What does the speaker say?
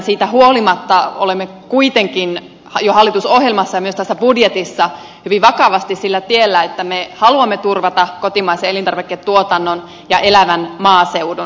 siitä huolimatta olemme kuitenkin jo hallitusohjelmassa ja myös tässä budjetissa hyvin vakavasti sillä tiellä että me haluamme turvata kotimaisen elintarviketuotannon ja elävän maaseudun